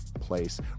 place